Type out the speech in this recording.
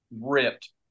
ripped